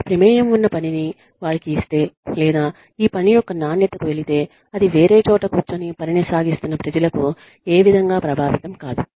వారికి ప్రమేయం ఉన్న పనినీ వారికి ఇస్తే లేదా ఈ పని యొక్క నాణ్యతకు వెలితే అది వేరే చోట కూర్చొని పనిని సాగిస్తున్న ప్రజలకు ఏ విధముగా ప్రభావితం కాదు